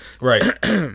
Right